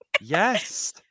yes